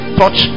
touch